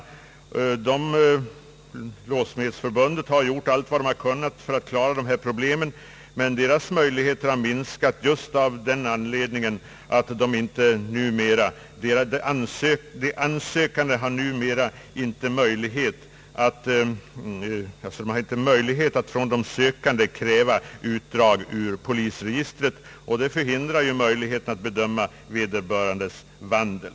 Låssmedernas riksförbund har gjort allt för att klara dessa problem, men dess möjligheter har minskat just på grund av att de inte kunnat kräva utdrag ur polisregistret vid ansökan om medlemskap eller vid auktorisation. Det förhindrar möjligheten att bedöma vederbörandes vandel.